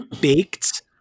baked